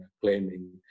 claiming